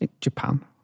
Japan